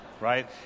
right